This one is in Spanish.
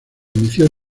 inició